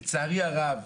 לצערי הרב,